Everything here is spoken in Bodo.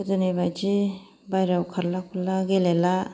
गोदोनि बादि बाहेरायाव खारला खुरला गेलेला